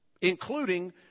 including